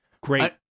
Great